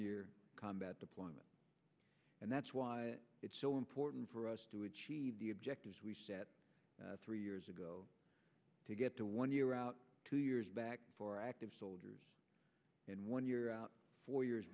year combat deployment and that's why it's so important for us to achieve the objectives we set three years ago to get to one year out two years back for active soldiers and one year out four years